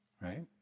right